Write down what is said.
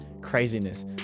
craziness